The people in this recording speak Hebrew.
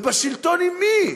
ובשלטון עם מי?